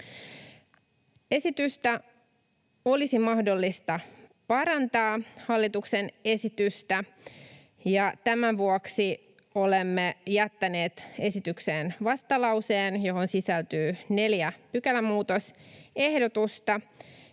esitystä olisi mahdollista parantaa, ja tämän vuoksi olemme jättäneet esitykseen vastalauseen, johon sisältyy neljä pykälämuutosehdotusta,